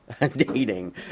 dating